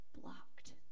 blocked